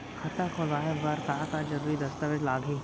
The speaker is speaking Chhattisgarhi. खाता खोलवाय बर का का जरूरी दस्तावेज लागही?